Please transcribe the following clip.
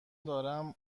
دارم